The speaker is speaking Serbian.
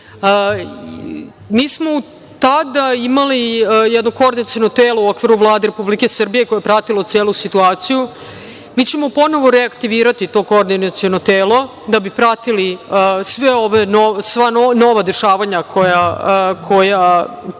smo tada imali jedno koordinaciono telo u okviru Vlade Republike Srbije koja je pratilo celu situaciju. Ponovo ćemo reaktivirati to koordinaciono telo da bi pratili sva nova dešavanja kojima